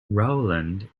rowland